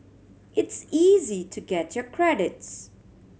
it's easy to get your credits